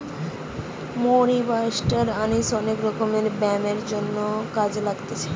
মৌরি বা star anise অনেক রকমের ব্যামোর জন্যে কাজে লাগছে